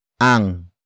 ang